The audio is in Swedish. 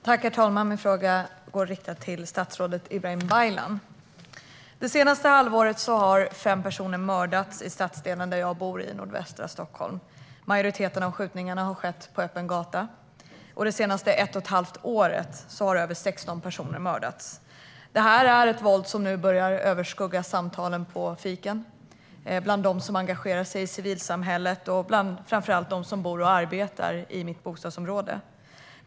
Herr talman! Min fråga är riktad till statsrådet Ibrahim Baylan. Under det senaste halvåret har fem personer mördats i stadsdelen där jag bor i nordvästra Stockholm. Majoriteten av skjutningarna har skett på öppen gata. På ett och ett halvt år har över 16 personer mördats. Det här är ett våld som nu böjar överskugga samtalen på fikarasterna, bland dem som engagerar sig i civilsamhället och framför allt bland dem som bor och arbetar i mitt bostadsområde.